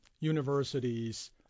universities